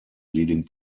leading